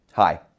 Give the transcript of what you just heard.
Hi